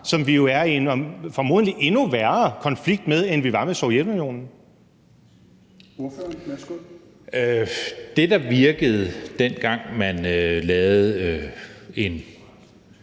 som vi er i en formodentlig endnu værre konflikt med, end vi var med Sovjetunionen? Kl. 16:25 Tredje næstformand